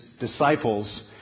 disciples